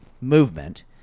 movement